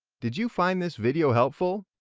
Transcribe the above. did you find this video helpful?